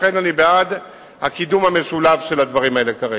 לכן, אני בעד הקידום המשולב של הדברים האלה כרגע.